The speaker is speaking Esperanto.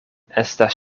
estas